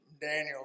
Daniel